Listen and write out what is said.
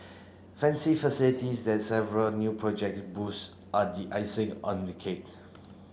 fancy facilities that several new projects boost are the icing on the cake